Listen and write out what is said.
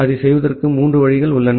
அதைச் செய்வதற்கு மூன்று வழிகள் உள்ளன